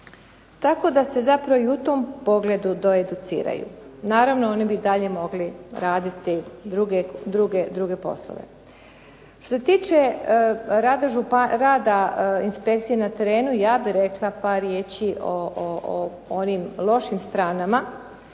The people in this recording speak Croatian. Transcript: Tako da se i u tom pogledu doeduciraju. Naravno oni bi i dalje mogli raditi druge poslove. Što se tiče rada inspekcije na terenu, ja bih rekla par riječi o onim lošim stranama